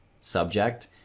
subject